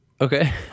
Okay